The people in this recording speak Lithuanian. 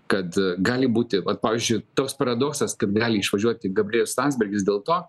kad gali būti vat pavyzdžiui toks paradoksas kad gali išvažiuoti gabrielius landsbergis dėl to